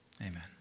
Amen